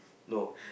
no